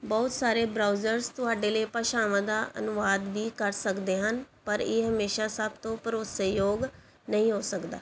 ਬਹੁਤ ਸਾਰੇ ਬਰਾਊਜ਼ਰਸ ਤੁਹਾਡੇ ਲਈ ਭਾਸ਼ਾਵਾਂ ਦਾ ਅਨੁਵਾਦ ਵੀ ਕਰ ਸਕਦੇ ਹਨ ਪਰ ਇਹ ਹਮੇਸ਼ਾ ਸਭ ਤੋਂ ਭਰੋਸੇਯੋਗ ਨਹੀਂ ਹੋ ਸਕਦਾ